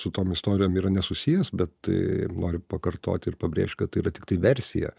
su tom istorijom yra nesusijęs bet tai noriu pakartot ir pabrėžt kad tai yra tiktai versija